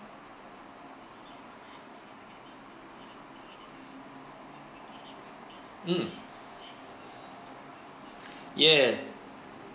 mm ya